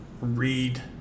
read